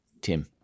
Tim